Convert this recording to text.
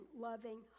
loving